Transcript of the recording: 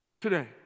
Today